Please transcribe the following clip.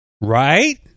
right